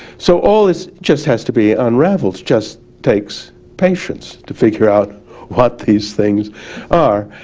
so all this just has to be unraveled. just takes patience to figure out what these things are